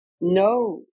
no